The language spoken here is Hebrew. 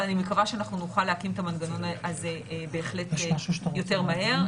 אבל אני מקווה שאנחנו נוכל להקים את המנגנון הזה בהחלט יותר מהר.